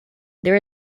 there